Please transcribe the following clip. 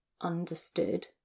understood